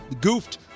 goofed